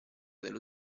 dello